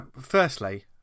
firstly